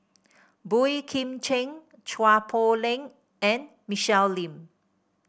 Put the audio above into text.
Boey Kim Cheng Chua Poh Leng and Michelle Lim